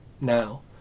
now